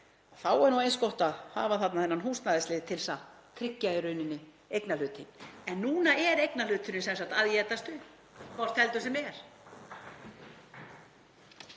þá er eins gott að hafa þarna þennan húsnæðislið til að tryggja í rauninni eignarhlutinn. En núna er eignarhluturinn að étast upp hvort heldur sem er.